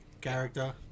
character